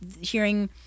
hearing